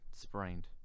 sprained